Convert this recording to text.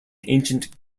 ancient